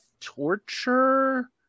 Torture